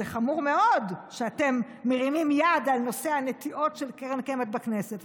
זה חמור מאוד שאתם מרימים יד על נושא הנטיעות של קרן קיימת בכנסת.